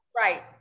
Right